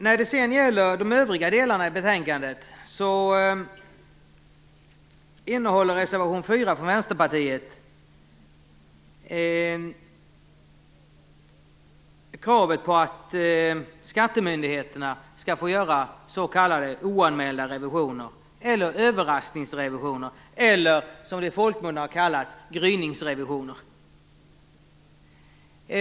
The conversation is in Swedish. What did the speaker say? När det sedan gäller de övriga delarna i betänkandet innehåller reservation 4 från Vänsterpartiet kravet att skattemyndigheterna skall få göra s.k. oanmälda revisioner eller överraskningsrevisioner - eller gryningsrevisioner, som de har kallats i folkmun.